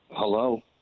Hello